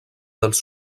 dels